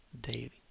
daily